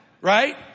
right